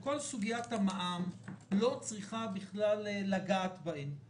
וכל סוגיית המע"מ לא צריכה בכלל לגעת בהם.